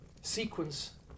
sequence